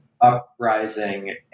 uprising